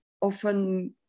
often